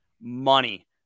money